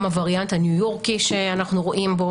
גם הווריאנט הניו יורקי שאנו רואים בו